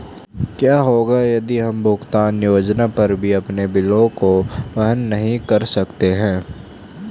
क्या होगा यदि हम भुगतान योजना पर भी अपने बिलों को वहन नहीं कर सकते हैं?